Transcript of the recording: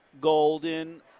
Golden